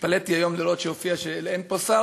התפלאתי היום לראות שהופיע שאין פה שר,